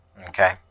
okay